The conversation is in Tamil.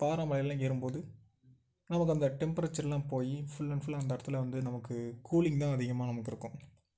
பாறை மலையில் ஏறும்போது நமக்கு அந்த டெம்ப்ரேச்சர்லாம் போய் ஃபுல் அண்ட் ஃபுல் அந்த இடத்தில் வந்து நமக்கு கூலிங் தான் அதிகமாக நமக்கு இருக்கும்